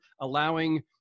allowing